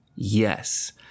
Yes